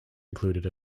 included